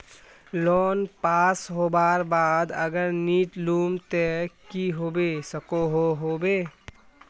Loan pass होबार बाद अगर नी लुम ते की होबे सकोहो होबे?